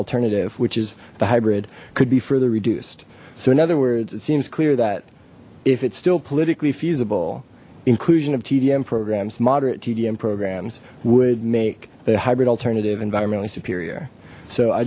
alternative which is the hybrid could be further reduced so in other words it seems clear that if it's still politically feasible inclusion of tdm programs moderate tdm programs would make the hybrid alternative environmentally superior so i